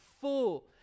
full